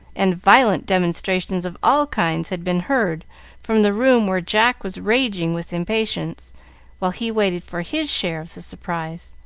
and violent demonstrations of all kinds had been heard from the room where jack was raging with impatience while he waited for his share of the surprise.